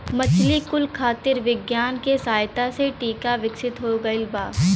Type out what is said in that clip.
मछली कुल खातिर विज्ञान के सहायता से टीका विकसित हो गइल बा